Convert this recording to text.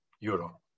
euro